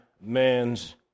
man's